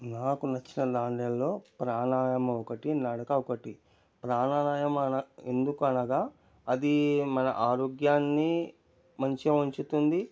నాకు నచ్చిన ల్యాండ్ లైన్లో ప్రాణాయమం ఒకటి నడక ఒకటి ప్రాణాయమం ఎందుకు అనగా అదీ మన ఆరోగ్యాన్ని మంచిగా ఉంచుతుంది